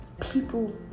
people